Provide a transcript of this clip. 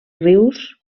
rius